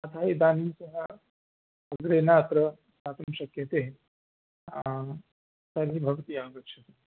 अतः इदानीं सः अग्रे न अत्र स्थातुं शक्यते तर्हि भवती आगच्छतु